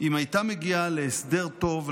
אם הייתה מגיעה להסדר טוב,